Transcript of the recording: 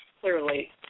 clearly